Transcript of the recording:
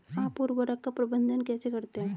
आप उर्वरक का प्रबंधन कैसे करते हैं?